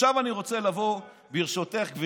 רק המפגינים מול בן-ארי הם בסדר.